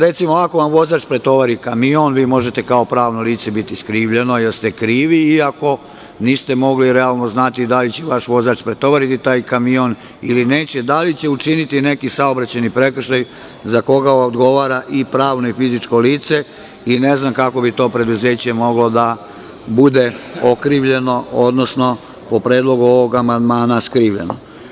Recimo, ako vam vozač pretovari kamion, vi možete kao pravno lice biti skrivljeno, jer ste krivi, iako niste mogli realno znati da li će vaš vozač pretovariti taj kamion ili neće, da li će učiniti neki saobraćajni prekršaj za koga odgovara i pravno i fizičko lice i ne znam kako bi to preduzeće moglo da bude okrivljeno odnosno, po predlogu ovog amandmana, skrivljeno.